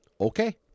okay